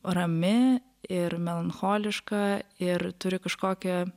rami ir melancholiška ir turi kažkokį